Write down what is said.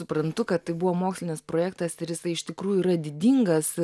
suprantu kad tai buvo mokslinis projektas ir jisai iš tikrųjų yra didingas